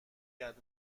کرد